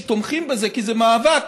שתומכים בזה כי זה מאבק,